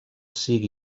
sigui